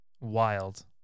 Wild